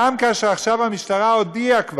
גם כאשר עכשיו המשטרה הודיעה כבר,